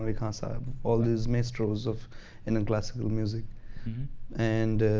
ah concept, all these minstrels of and and classical music and